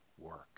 work